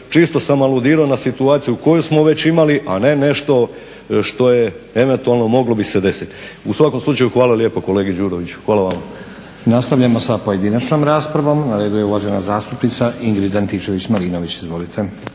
Čisto sam aludirao na situaciju koju smo već imali, a ne nešto što eventualno moglo bi se desit. U svakom slučaju hvala lijepa kolegi Đuroviću. Hvala vam. **Stazić, Nenad (SDP)** Nastavljamo s pojedinačnom raspravom. Na redu je uvažena zastupnica Ingrid Antičević-Marinović. Izvolite.